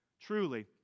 truly